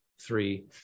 three